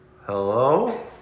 Hello